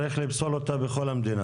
צריך לפסול אותה בכל המדינה.